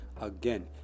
again